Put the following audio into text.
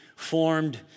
formed